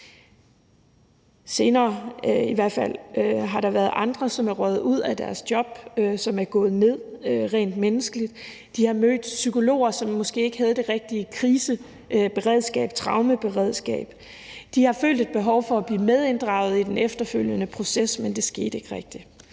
Senere har der været andre, som er røget ud af deres job, og som er gået ned rent menneskeligt. De har mødt psykologer, som måske ikke havde det rigtige kriseberedskab og traumeberedskab. De har følt et behov for at blive inddraget i den efterfølgende proces, men det skete ikke rigtig.